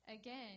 Again